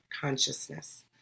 consciousness